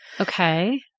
Okay